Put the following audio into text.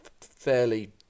fairly